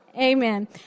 Amen